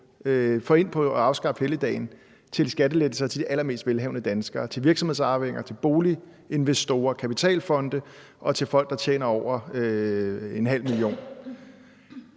får ind på at afskaffe helligdagen, til skattelettelser til de allermest velhavende danskere: til virksomhedsarvinger, til boliginvestorer, til kapitalfonde og til folk, der tjener over 500.000 kr.